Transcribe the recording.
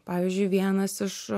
pavyzdžiui vienas iš